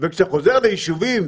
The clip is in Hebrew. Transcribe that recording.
וכשאתה חוזר ליישובים